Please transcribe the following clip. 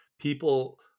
people